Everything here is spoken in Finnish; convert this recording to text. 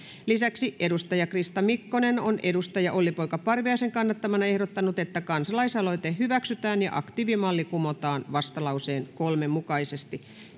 lisäksi krista mikkonen on olli poika parviaisen kannattamana ehdottanut että kansalaisaloite hyväksytään ja aktiivimalli kumotaan vastalauseen kolme mukaisesti